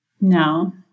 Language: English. No